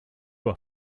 were